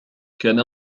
كان